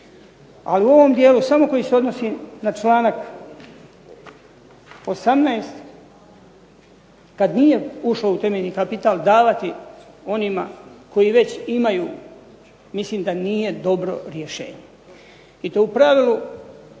ali u ovom dijelu samo koji se odnosi na članak 18. kad nije ušlo u temeljni kapital davati onima koji već imaju mislim da nije dobro rješenje. I to u pravilu,